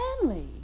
family